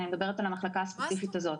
אני מדברת על המחלקה הספציפית הזאת.